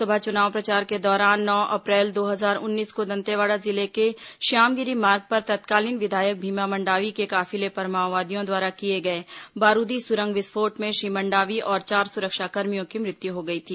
लोकसभा चुनाव प्रचार के दौरान नौ अप्रैल दो हजार उन्नीस को दंतेवाड़ा जिले के श्यामगिरी मार्ग पर तत्कालीन विधायक भीमा मंडावी के काफिले पर माओवादियों द्वारा किए गए बारूदी सुरंग विस्फोट में श्री मंडावी और चार सुरक्षाकर्मियों की मृत्यु हो गई थी